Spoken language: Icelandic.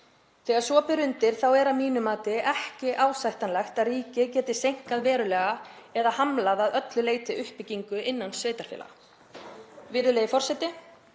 Þegar svo ber undir er að mínu mati ekki ásættanlegt að ríkið geti seinkað verulega eða hamlað að öllu leyti uppbyggingu innan sveitarfélaga. Virðulegi forseti.